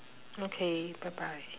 okay bye bye